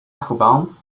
applebaum